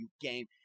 game